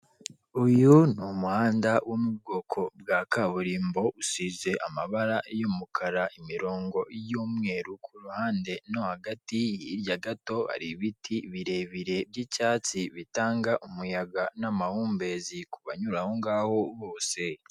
Uyu ni umuhanda wo mu bwoko bwa kaburimbo usize amabara y'umukara, imirongo y'umweru ku ruhande no hagati, hirya gato hari ibiti birebire byicyatsi bitanga umuyaga n'amahumbezi ku banyura aho ngaho bose.